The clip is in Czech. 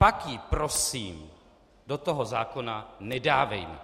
Pak ji prosím do toho zákona nedávejme.